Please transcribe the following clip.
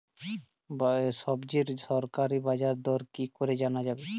সবজির সরকারি বাজার দর কি করে জানা যাবে?